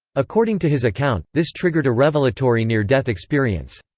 according to his account, this triggered a revelatory near-death experience.